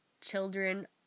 children